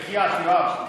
בחייאת, יואב,